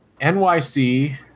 NYC